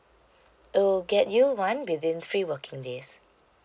it will get you one within three working days